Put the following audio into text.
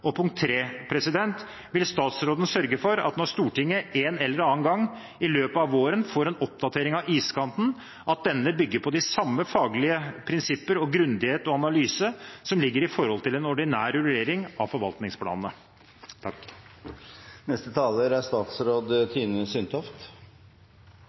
Og punkt 3: Vil statsråden sørge for, når Stortinget en eller annen gang i løpet av våren får en oppdatering av iskanten, at denne bygger på de samme faglige prinsipper og grundighet og analyse som ligger i en ordinær rullering av forvaltningsplanene?